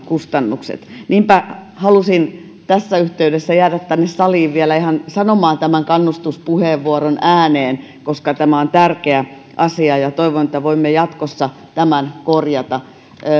kustannukset niinpä halusin tässä yhteydessä jäädä tänne saliin vielä sanomaan tämän kannustuspuheenvuoron ihan ääneen koska tämä on tärkeä asia ja toivon että voimme jatkossa tämän korjata